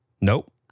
Nope